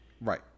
Right